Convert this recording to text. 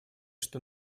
что